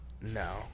no